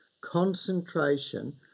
concentration